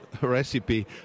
recipe